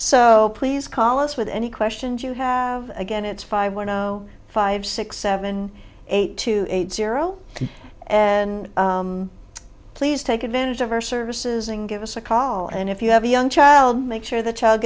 so please call us with any questions you have again it's five one zero five six seven eight two eight zero and please take advantage of our services and give us a call and if you have a young child make sure the child